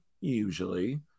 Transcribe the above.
usually